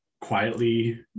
quietly